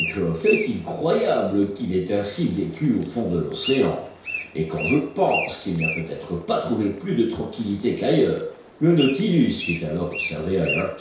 est-il croyable qu'il ait ainsi vécu au fond de l'océan et quand je pense qu'il n'y a peut-être pas trouvé plus de tranquillité qu'ailleurs le nautilus fit alors observer